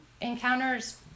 Encounters